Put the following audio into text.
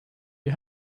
you